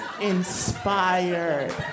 inspired